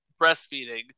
breastfeeding